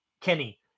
Kenny